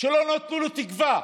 שלא נתנו לו תקווה